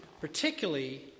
particularly